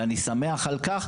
ואני שמח על כך,